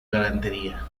galantería